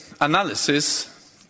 analysis